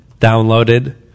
downloaded